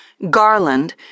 Garland